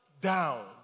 down